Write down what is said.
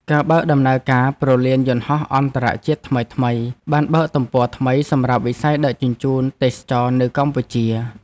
ការបើកដំណើរការព្រលានយន្តហោះអន្តរជាតិថ្មីៗបានបើកទំព័រថ្មីសម្រាប់វិស័យដឹកជញ្ជូនទេសចរណ៍នៅកម្ពុជា។